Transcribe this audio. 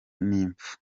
n’impfu